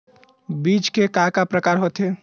बीज के का का प्रकार होथे?